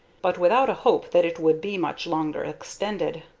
but without a hope that it would be much longer extended.